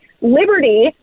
liberty